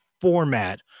format